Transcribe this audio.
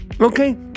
okay